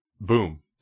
boom